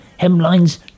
hemlines